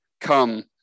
Come